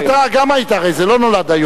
אבל אתה גם היית, הרי זה לא נולד היום.